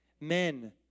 Men